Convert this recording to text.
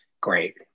great